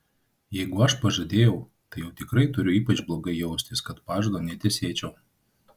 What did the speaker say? jeigu aš pažadėjau tai jau tikrai turiu ypač blogai jaustis kad pažado netesėčiau